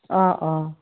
অঁ অঁ